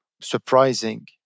surprising